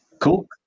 Cool